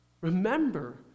Remember